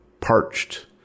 parched